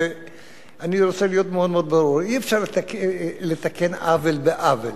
ואני רוצה להיות מאוד מאוד ברור: אי-אפשר לתקן עוול בעוול.